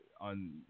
on